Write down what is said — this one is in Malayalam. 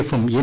എഫും എൻ